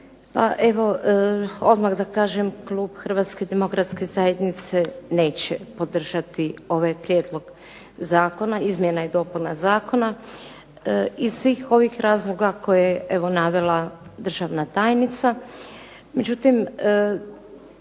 kolege. Odmah da kažem, klub Hrvatske demokratske zajednice neće podržati ovaj prijedlog zakona izmjena i dopuna zakona iz svih ovih razloga koje je evo navela državna tajnica.